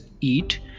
Eat